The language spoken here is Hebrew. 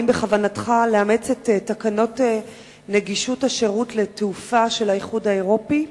האם בכוונתך לאמץ את תקנות נגישות השירות לתעופה של האיחוד האירופי?